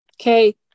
Okay